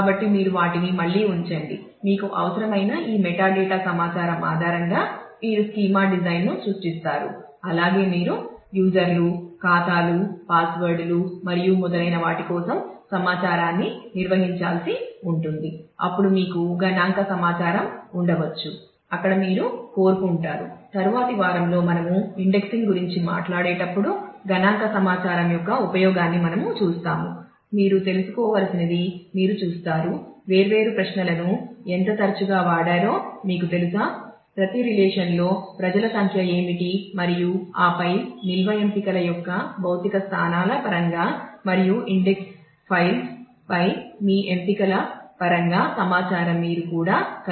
కాబట్టి మీరు వాటిని మళ్ళీ ఉంచండి మీకు అవసరమైన ఈ మెటాడేటాపై మీ ఎంపికల పరంగా సమాచారం మీరు కూడా కలిగి ఉండాలి